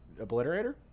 obliterator